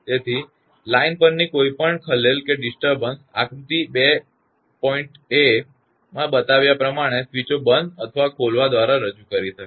તેથી લાઇન પરની કોઈપણ ખલેલ આકૃતિ 2 a માં બતાવ્યા પ્રમાણે સ્વીચો બંધ અથવા ખોલવા દ્વારા રજૂ કરી શકાય છે